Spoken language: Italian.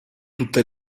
tutte